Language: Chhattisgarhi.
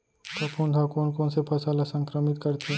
फफूंद ह कोन कोन से फसल ल संक्रमित करथे?